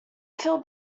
feel